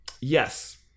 Yes